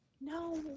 no